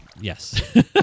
Yes